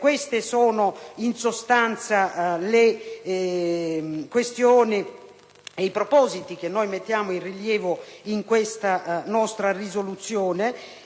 Queste sono in sostanza le questioni e i propositi che mettiamo in rilievo nella proposta di risoluzione